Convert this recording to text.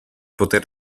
poter